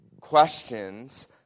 questions